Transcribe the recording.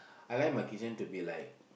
I like my kitchen to be like